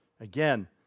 Again